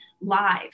live